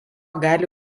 gali